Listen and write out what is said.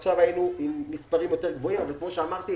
עכשיו היינו עם מספרים יותר גבוהים אבל כמו שאמרתי,